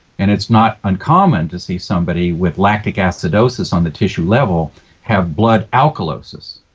and it's not uncommon to see somebody with lactic acidosis on the tissue level have blood alkalosis.